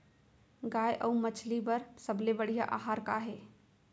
गाय अऊ मछली बर सबले बढ़िया आहार का हे?